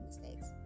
mistakes